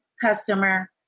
customer